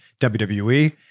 WWE